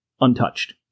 untouched